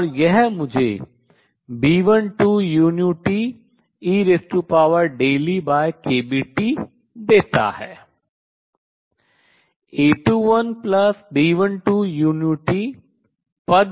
और यह मुझे B12uT eEkBT देता है